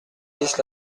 dix